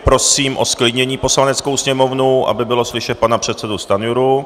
Prosím o zklidnění Poslaneckou sněmovnu, aby bylo slyšet pana předsedu Stanjuru.